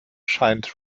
scheint